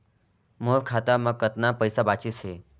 मोर खाता मे कतना पइसा बाचिस हे?